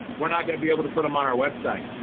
we're not going to be able to put them on our website.